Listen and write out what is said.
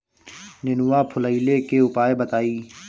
नेनुआ फुलईले के उपाय बताईं?